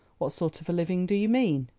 what sort of a living do you mean?